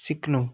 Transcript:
सिक्नु